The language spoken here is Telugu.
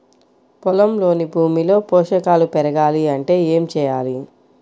పొలంలోని భూమిలో పోషకాలు పెరగాలి అంటే ఏం చేయాలి?